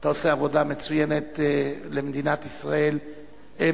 אתה עושה עבודה מצוינת למדינת ישראל ביחסי